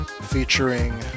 Featuring